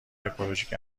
اکولوژیک